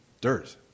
dirt